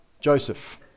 Joseph